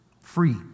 Free